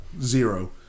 Zero